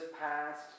passed